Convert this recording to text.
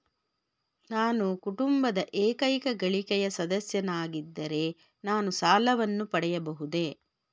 ನಾನು ಕುಟುಂಬದ ಏಕೈಕ ಗಳಿಕೆಯ ಸದಸ್ಯನಾಗಿದ್ದರೆ ನಾನು ಸಾಲವನ್ನು ಪಡೆಯಬಹುದೇ?